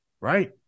Right